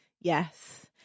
Yes